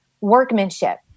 workmanship